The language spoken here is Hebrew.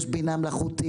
יש בינה מלאכותית,